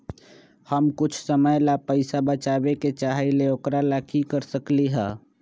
हम कुछ समय ला पैसा बचाबे के चाहईले ओकरा ला की कर सकली ह?